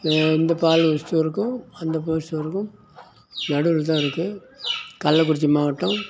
இந்து பாலு ஸ்டோருக்கும் அந்த பால் ஸ்டோருக்கும் நடுவில் தான் இருக்கு கள்ளக்குறிச்சி மாவட்டம்